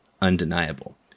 undeniable